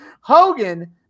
Hogan